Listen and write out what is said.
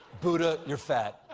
budda you're fat.